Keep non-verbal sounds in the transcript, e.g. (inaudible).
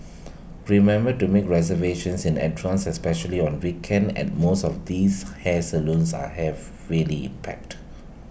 (noise) remember to make reservations and advance especially on weekends and most of these hair salons are have really packed